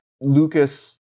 Lucas